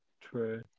True